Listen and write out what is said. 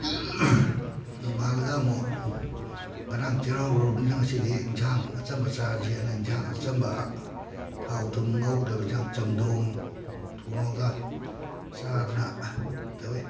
ꯅꯣꯡꯉꯥꯜꯂꯒ ꯑꯃꯨꯛ ꯉꯔꯥꯡ ꯆꯩꯔꯥꯎꯔꯨꯔꯕꯅꯤꯅ ꯉꯁꯤꯗꯤ ꯑꯦꯟꯁꯥꯡ ꯑꯆꯝꯕ ꯆꯥꯖꯦꯅ ꯑꯦꯟꯁꯥꯡ ꯑꯆꯝꯕ ꯊꯥꯎ ꯊꯨꯝ ꯉꯧꯗꯕ ꯑꯦꯟꯁꯥꯡ ꯆꯝꯊꯣꯡ ꯊꯣꯡꯉꯒ ꯆꯥꯗꯅ ꯇꯧꯏ